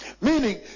Meaning